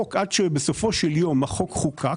בסופו של יום החוק נחקק.